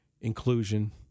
Inclusion